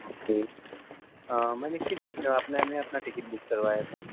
okay میں نے اپنا نیا اپنا ٹکٹ بک کروایا تھا